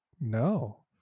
no